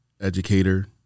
educator